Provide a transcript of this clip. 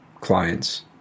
clients